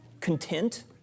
content